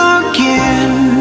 again